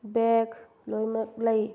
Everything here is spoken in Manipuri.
ꯕꯦꯒ ꯂꯣꯏꯅꯃꯛ ꯂꯩ